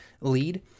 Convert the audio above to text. lead